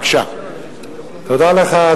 תודה לך,